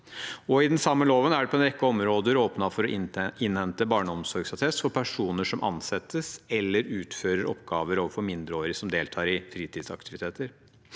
I den samme loven er det på en rekke områder åpnet for å innhente barneomsorgsattest for personer som ansettes eller utfører oppgaver overfor mindreårige som deltar i fritidsaktiviteter.